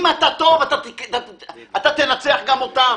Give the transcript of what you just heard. אם אתה טוב, אתה תנצח גם אותם.